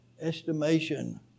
estimation